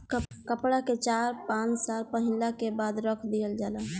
कपड़ा के चार पाँच साल पहिनला के बाद रख दिहल जाला